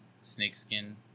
snakeskin